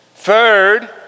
Third